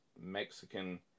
mexican